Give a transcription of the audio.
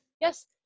yes